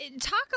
talk